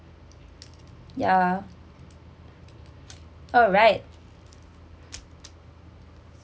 ya alright